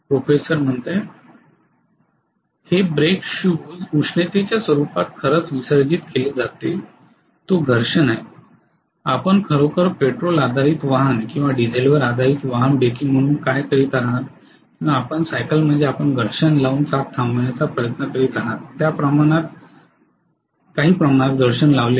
professor हे brake शूजमध्ये उष्णतेच्या स्वरूपात खरंच विसर्जित केले जाते तो घर्षण आहेआपण खरोखर पेट्रोल आधारित वाहन किंवा डिझेलवर आधारीत वाहन ब्रेकिंग म्हणून काय करीत आहात किंवा आपली सायकल म्हणजे आपण घर्षण लावून चाक थांबविण्याचा प्रयत्न करीत आहात त्या प्रमाणात काही प्रमाणात घर्षण लावले आहे